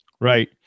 Right